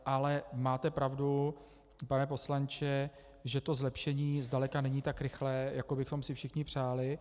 Ale máte pravdu, pane poslanče, že to zlepšení zdaleka není tak rychlé, jak bychom si všichni přáli.